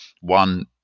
one